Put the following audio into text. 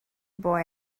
boy